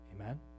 Amen